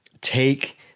take